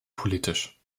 politisch